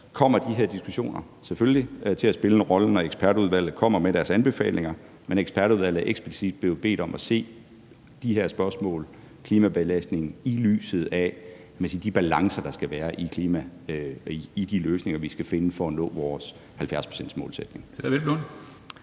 kommer de her diskussioner selvfølgelig til at spille en rolle, når ekspertudvalget kommer med deres anbefalinger, men ekspertudvalget er eksplicit blevet bedt om at se de her spørgsmål om klimabelastningen i lyset af de balancer – kan man sige – i de løsninger, vi skal finde for at nå vores 70-procentsmålsætning.